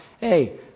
Hey